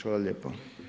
Hvala lijepo.